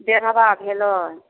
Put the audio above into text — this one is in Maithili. डेढ़बा भेलै